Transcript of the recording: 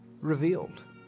revealed